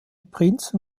prinzen